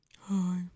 Hi